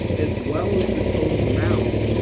as well as the total amount,